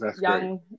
young